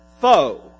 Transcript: foe